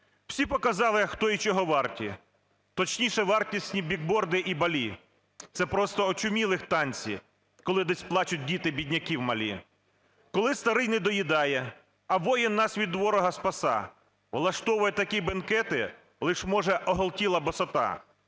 Всі показати, хто і чого варті, точніше, вартісні бігборди і Балі. Це просто очумілих танці, коли десь плачуть діти бідняків малі. Коли старий не доїдає, а воїн нас від ворога спаса, влаштовує такі бенкети лиш може оголтіла босота.